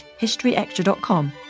historyextra.com